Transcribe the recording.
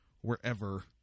wherever